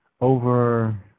over